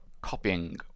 copying